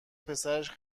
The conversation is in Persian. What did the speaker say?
پسرش